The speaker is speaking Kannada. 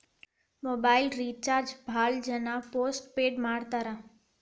ಮೊಬೈಲ್ ರಿಚಾರ್ಜ್ ಭಾಳ್ ಜನ ಪೋಸ್ಟ್ ಪೇಡ ಮಾಡಸ್ತಾರ